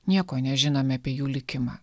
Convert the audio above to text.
nieko nežinome apie jų likimą